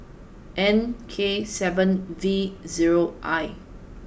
N K seven V zero I